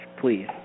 Please